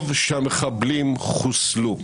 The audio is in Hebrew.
טוב שהמחבלים חוסלו,